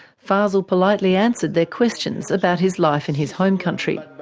fazel politely answered their questions about his life in his home country.